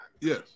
yes